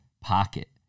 pocket